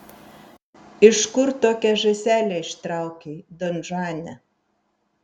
iš kur tokią žąselę ištraukei donžuane